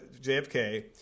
JFK